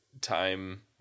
time